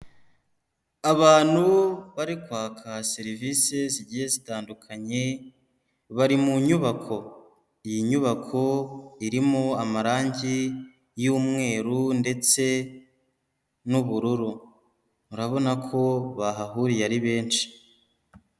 Abantu bari kwaka serivise zigiye zitandukanye bari mu nyubako, iyi nyubako irimo amarangi y'umweru ndetse n'ubururu, murabona ko bahahuriye ari benshi.